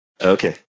Okay